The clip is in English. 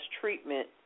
treatment